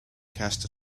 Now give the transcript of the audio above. casts